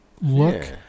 look